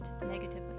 negatively